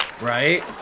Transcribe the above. right